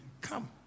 Come